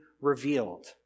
revealed